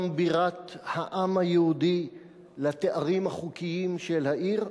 בירת העם היהודי לתארים החוקיים של העיר?